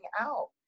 out